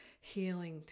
healing